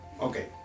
Okay